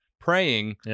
praying